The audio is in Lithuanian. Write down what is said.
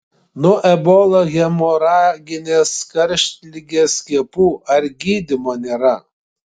nuo ebola hemoraginės karštligės skiepų ar gydymo nėra